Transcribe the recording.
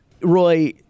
Roy